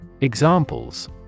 Examples